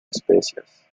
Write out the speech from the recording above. especias